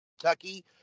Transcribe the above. Kentucky